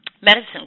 medicine